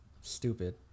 stupid